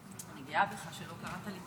אני מניחה שרבים מנבחרי הציבור שיושבים